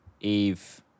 eve